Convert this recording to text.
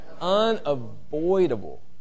Unavoidable